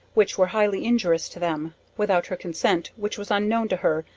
which were highly injurious to them, without her consent which was unknown to her,